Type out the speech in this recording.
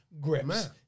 Grips